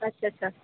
okay sir